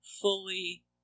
fully